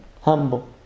humble